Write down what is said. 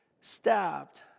stabbed